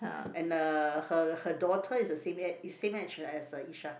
and uh her her daughter is the same age is same age as uh Yisha